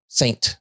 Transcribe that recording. saint